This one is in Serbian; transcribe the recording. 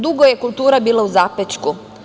Dugo je kultura bila u zapećku.